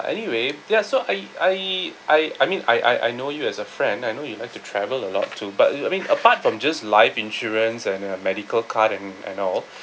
anyway ya so I I I I mean I I know you as a friend I know you like to travel a lot too but I mean apart from just life insurance and a medical card and and all